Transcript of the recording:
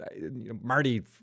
Marty